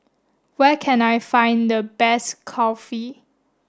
where can I find the best Kulfi